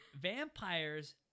vampires